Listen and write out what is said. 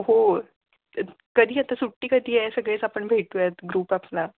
हो कधी आता सुट्टी कधी आहे सगळेच आपण भेटूयात ग्रुप आपला